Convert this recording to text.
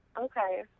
okay